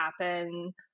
happen